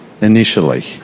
initially